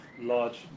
large